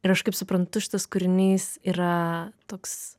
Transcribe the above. ir aš kaip suprantu šitas kūrinys yra toks